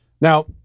Now